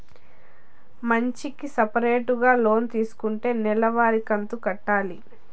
మంచికి సపరేటుగా లోన్ తీసుకుంటే నెల వారి కంతు కట్టాలి